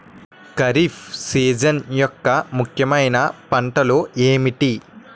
Kharif season యెక్క ముఖ్యమైన పంటలు ఏమిటీ?